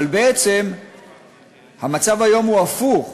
אבל בעצם המצב היום הוא הפוך.